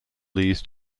these